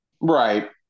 Right